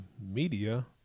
media